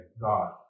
God